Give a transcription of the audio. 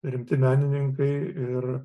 rimti menininkai ir